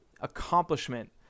accomplishment